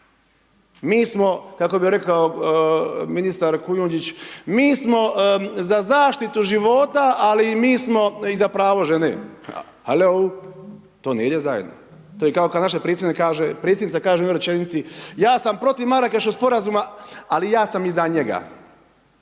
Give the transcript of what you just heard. zakon kako bi rekao ministar Kujundžić, mi smo za zaštitu života, ali mi smo i za prvo žene, al to ne ide zajedno, to je kada naša predsjednica kaže u jednoj rečenici, ja sam protiv Marakeškog Sporazuma, ali ja sam i za njega.